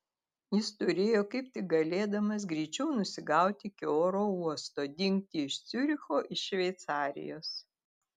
jis turėjo kaip tik galėdamas greičiau nusigauti iki oro uosto dingti iš ciuricho iš šveicarijos